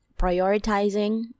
prioritizing